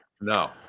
No